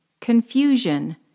confusion